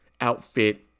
outfit